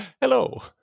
hello